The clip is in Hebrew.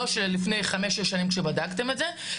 לא של לפני חמש שש שנים כשבדקתם את זה,